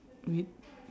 with